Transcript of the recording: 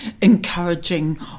encouraging